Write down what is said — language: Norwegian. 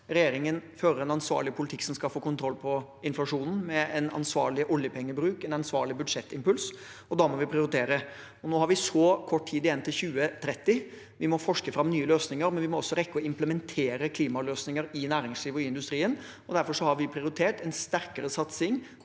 Regjeringen fører en ansvarlig politikk som skal få kontroll på inflasjonen, med en ansvarlig oljepengebruk og en ansvarlig budsjettimpuls, og da må vi prioritere. Nå har vi så kort tid igjen til 2030. Vi må forske fram nye løsninger, men vi må også rekke å implementere klimaløsninger i næringslivet og industrien. Derfor har vi prioritert en sterkere satsing